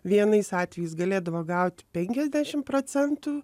vienais atvejais galėdavo gauti penkiasdešim procentų